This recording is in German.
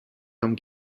vom